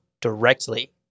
directly